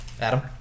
Adam